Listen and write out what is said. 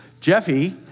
Jeffy